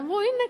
ואמרו: הנה,